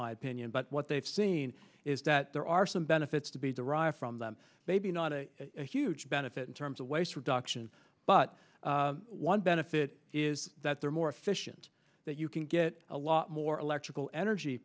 my opinion but what they've seen is that there are some benefits to be derived from them maybe not a huge benefit in terms of waste reduction but one benefit is that they're more efficient that you can get a lot more electrical energy